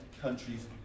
countries